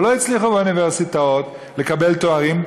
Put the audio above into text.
אבל לא הצליחו באוניברסיטאות לקבל תארים.